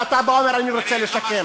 ואתה בא ואומר: אני רוצה לשקם.